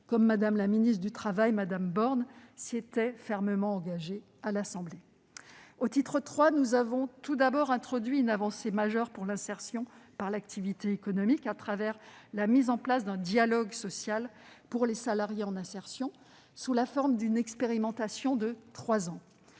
et de l'insertion, Élisabeth Borne, s'y était fermement engagée à l'Assemblée nationale. Au titre III a été introduite une avancée majeure pour l'insertion par l'activité économique, à travers la mise en place d'un dialogue social pour les salariés en insertion, sous la forme d'une expérimentation de trois ans.